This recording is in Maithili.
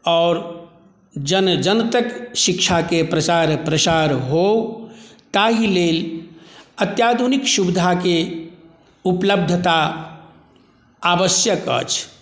आओर जन जन तक शिक्षाके प्रचार प्रसार हो ताहिलेल अत्याधुनिक सुविधाके उपलब्धता आवश्यक अछि